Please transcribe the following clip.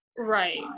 right